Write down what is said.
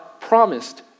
promised